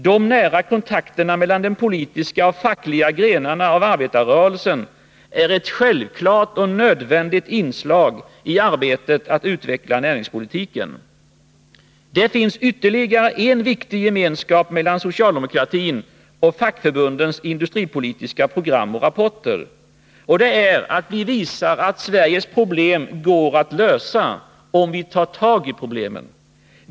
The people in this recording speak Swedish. De nära kontakterna mellan de politiska och fackliga grenarna av arbetarrörelsen är ett självklart och nödvändigt inslag i arbetet med att utveckla näringspolitiken. Det finns ytterligare en viktig gemenskap mellan socialdemokratin och fackförbundens industripolitiska program och rapporter. Det är att vi visar att Sveriges problem går att lösa, om vi tar tag i problemen.